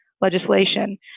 legislation